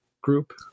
group